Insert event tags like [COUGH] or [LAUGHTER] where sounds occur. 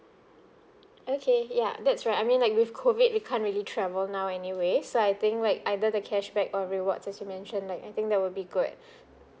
okay ya that's right I mean like with COVID we can't really travel now anyway so I think like either the cashback or rewards as you mentioned like I think that will be good [BREATH]